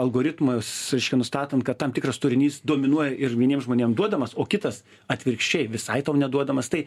algoritmus nustatant kad tam tikras turinys dominuoja ir vieniem žmonėm duodamas o kitas atvirkščiai visai tau neduodamas tai